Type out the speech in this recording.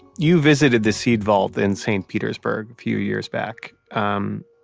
you visited the seed vault in st. petersburg a few years back. um